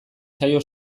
zaio